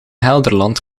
gelderland